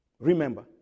Remember